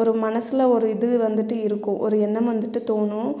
ஒரு மனசில் ஒரு இது வந்துவிட்டு இருக்கும் ஒரு எண்ணம் வந்துவிட்டு தோணும்